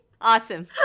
Awesome